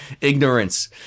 ignorance